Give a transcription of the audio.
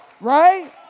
Right